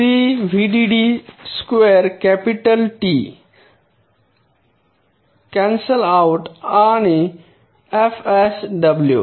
C VDD square capital T cancel out आणि FSW